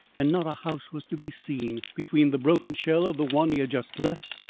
and not a house was to be seen between the broken shell of the one he had just left,